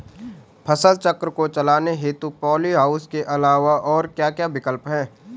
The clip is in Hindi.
फसल चक्र को चलाने हेतु पॉली हाउस के अलावा और क्या क्या विकल्प हैं?